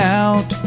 out